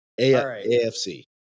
AFC